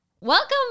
Welcome